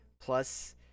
plus